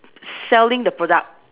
selling the product